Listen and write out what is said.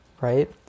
right